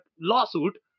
lawsuit